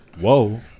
Whoa